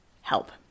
help